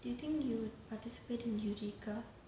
you think you would participate in U_G club